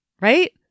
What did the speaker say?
Right